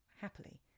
happily